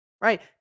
right